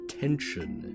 tension